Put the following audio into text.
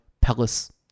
palace